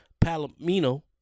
Palomino